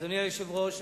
אדוני היושב-ראש,